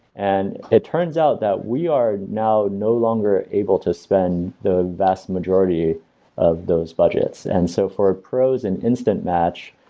and it turns out that we are now no longer able to spend the vast majority of those budgets and so for ah pros and instant match,